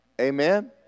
Amen